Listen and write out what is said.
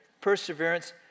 perseverance